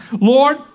Lord